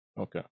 Okay